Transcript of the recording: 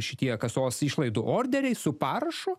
šitie kasos išlaidų orderiai su parašu